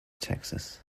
texas